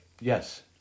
yes